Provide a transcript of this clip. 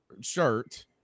shirt